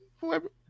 whoever